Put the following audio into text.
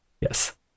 Yes